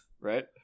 Right